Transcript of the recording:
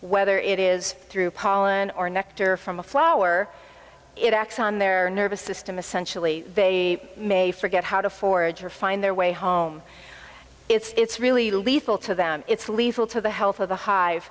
whether it is through pollen or nectar from a flower it acts on their nervous system essentially they may forget how to forage or find their way home it's really lethal to them it's lethal to the health of the hi